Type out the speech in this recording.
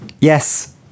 Yes